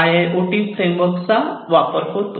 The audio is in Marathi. IIoT फ्रेमवर्क चा वापर होतो